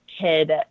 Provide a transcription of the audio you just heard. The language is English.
kid